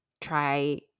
try